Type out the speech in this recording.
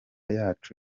yacu